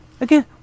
Again